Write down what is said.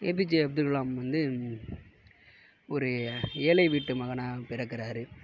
ஏ P J Abdul Kalam வந்து ஒரு ஏழை வீட்டு மகனாக பிறக்கிறாரு